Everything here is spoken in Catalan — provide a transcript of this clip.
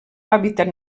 hàbitat